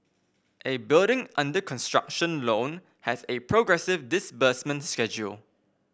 a building under construction loan has a progressive disbursement schedule